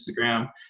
Instagram